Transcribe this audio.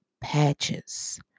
patches